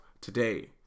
today